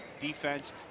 defense